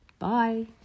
Bye